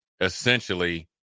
essentially